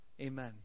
Amen